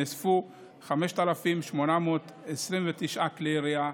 נאספו 5,829 כלי ירייה,